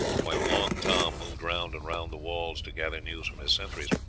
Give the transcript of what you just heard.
while long tom moved round and round the walls to gather news from his sentries.